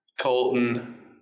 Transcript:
Colton